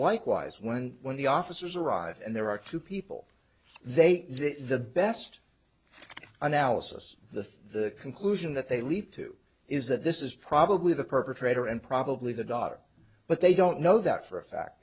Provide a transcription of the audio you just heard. likewise when when the officers arrive and there are two people they the best analysis the conclusion that they leap to is that this is probably the perpetrator and probably the daughter but they don't know that for a fact